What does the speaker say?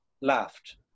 laughed